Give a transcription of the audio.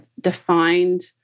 defined